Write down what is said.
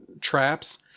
traps